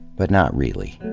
but not really.